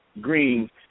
green